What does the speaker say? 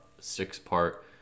six-part